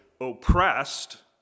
oppressed